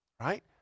right